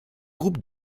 groupes